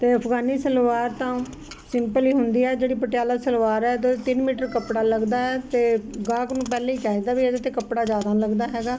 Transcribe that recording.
ਅਫਗਾਨੀ ਸਲਵਾਰ ਤਾਂ ਸਿੰਪਲ ਹੀ ਹੁੰਦੀ ਹੈ ਜਿਹੜੀ ਪਟਿਆਲਾ ਸਲਵਾਰ ਹੈ ਤਿੰਨ ਮੀਟਰ ਕੱਪੜਾ ਲੱਗਦਾ ਹੈ ਤੇ ਗਾਹਕ ਨੂੰ ਪਹਿਲਾਂ ਹੀ ਕਹਿ ਦੀ ਦਾ ਇਹਦੇ ਤੇ ਕੱਪੜਾ ਜਿਆਦਾ ਲੱਗਦਾ ਹੈਗਾ